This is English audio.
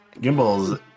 Gimbals